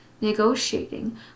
negotiating